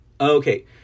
Okay